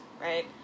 right